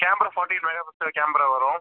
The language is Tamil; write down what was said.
camera forty mega pixel camera வரும்